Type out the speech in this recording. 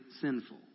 sinful